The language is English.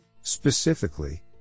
specifically